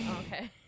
Okay